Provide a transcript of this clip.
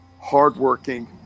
hard-working